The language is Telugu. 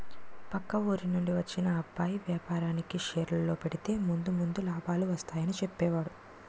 పక్క ఊరి నుండి వచ్చిన అబ్బాయి వేపారానికి షేర్లలో పెడితే ముందు ముందు లాభాలు వస్తాయని చెప్పేడు